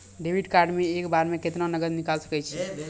Debit card से एक बार मे केतना नगद निकाल सके छी?